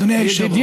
אדוני היושב-ראש.